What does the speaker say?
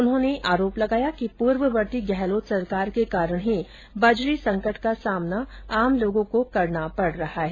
उन्होंने आरोप लगाया कि पूर्ववर्ती गहलोत सरकार के कारण ही बजरी संकट का सामना आम लोगों को करना पड़ रहा है